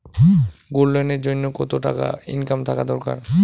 Gold loan এর জইন্যে কতো টাকা ইনকাম থাকা দরকার?